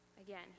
Again